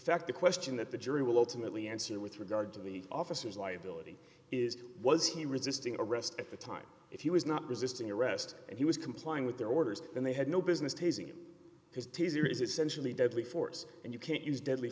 fact the question that the jury will ultimately answer with regard to the officers liability is was he resisting arrest at the time if he was not resisting arrest and he was complying with their orders and they had no business tasing his taser is essentially deadly force and you can't use deadly